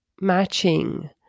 matching